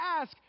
ask